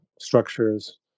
structures